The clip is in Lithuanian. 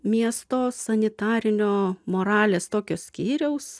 miesto sanitarinio moralės tokio skyriaus